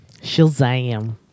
Shazam